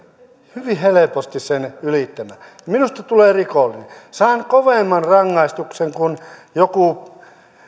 hyvin helposti sen ylittämään minusta tulee rikollinen saan kovemman rangaistuksen kuin joku